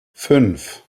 fünf